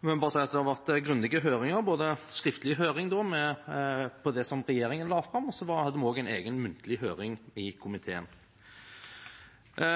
men jeg vil bare si at det har vært grundige høringer, både skriftlig høring om det som regjeringen la fram, og så hadde vi også en egen muntlig høring i komiteen. I